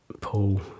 paul